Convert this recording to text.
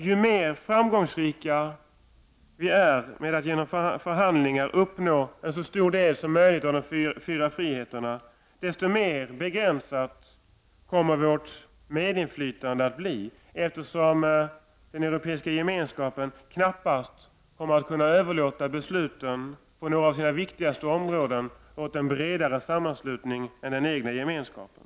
Ju mer framgångsrika vi är med att genom förhandlingar uppnå en så stor del som möjligt av de fyra friheterna, desto mer begränsat kommer vårt medinflytande att bli, eftersom den europeiska gemenskapen knappast kommer att kunna överlåta besluten på några av de viktigaste områdena till en bredare sammanslutning än den egna gemenskapen.